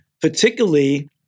particularly